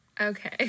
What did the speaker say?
Okay